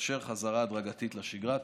שתאפשר חזרה הדרגתית לשגרה.